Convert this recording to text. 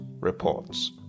reports